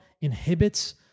inhibits